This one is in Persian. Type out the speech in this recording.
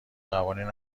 قوانین